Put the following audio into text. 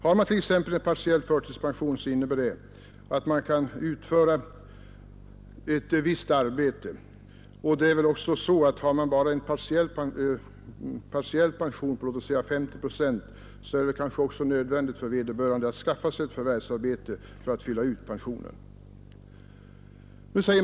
Partiell förtidspension innebär att man kan utföra ett visst arbete, och har man en partiell pension på t.ex. 50 procent, är det också nödvändigt 85 att skaffa sig ett förvärvsarbete för att fylla ut pensionen med inkomster.